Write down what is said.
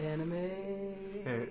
Anime